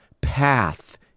path